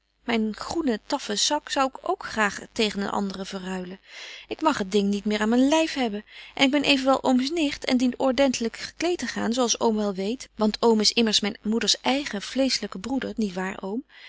myn groene taffen sak zou ik ook graag tegen een andere verruilen ik mag het ding niet meer aan myn lyf hebben en ik ben evenwel ooms nicht en dien ordentelyk gekleed te gaan zo als oom betje wolff en aagje deken historie van mejuffrouw sara burgerhart wel weet want oom is immers myn moeders eige vleeschelyke broeder niet waar